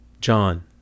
John